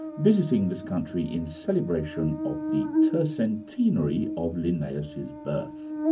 visiting this country in celebration of the tercentenary of linnaeus's birth.